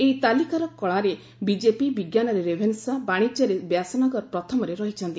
ଏହି ତାଲିକାର କଳାରେ ବିଜେବି ବିଙ୍କାନରେ ରେଭେନ୍ବା ବାଣିଜ୍ୟରେ ବ୍ୟାସନଗର ପ୍ରଥମରେ ରହିଛନ୍ତି